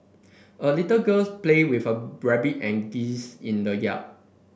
a little girl played with her rabbit and geese in the yard